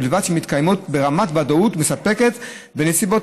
ובלבד שמתקיימות ברמת ודאות מספקת בנסיבות